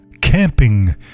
Camping